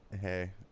hey